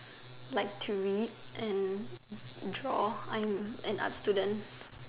like to read and draw I'm an art student